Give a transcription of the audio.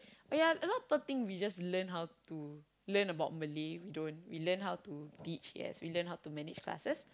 oh ya a lot of people think we just learn how to learn about Malay we don't we learn how to teach yes we learn how to manage classes